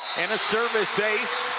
and a service ace.